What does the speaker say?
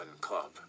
Club